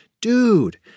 Dude